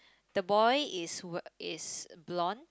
the boy is w~ is blonde